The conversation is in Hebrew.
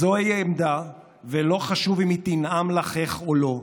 "זאת היא עמדה, ולא חשוב אם היא תנעם לחיך או לא.